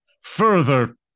further